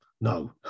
no